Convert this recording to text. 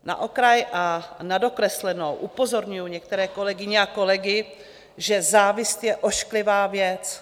Na okraj a na dokreslenou upozorňuji některé kolegyně a kolegy, že závist je ošklivá věc.